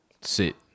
Sit